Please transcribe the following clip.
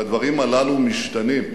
והדברים הללו משתנים.